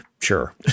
sure